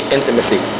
Intimacy